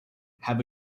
have